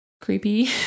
creepy